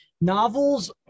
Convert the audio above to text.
Novels